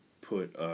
put